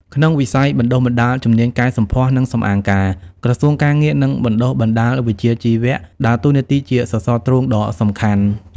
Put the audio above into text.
ក្នុងវិស័យបណ្ដុះបណ្ដាលជំនាញកែសម្ផស្ស និងសម្អាងការ ក្រសួងការងារ និងបណ្ដុះបណ្ដាលវិជ្ជាជីវៈ ដើរតួនាទីជាសសរទ្រូងដ៏សំខាន់។